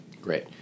Great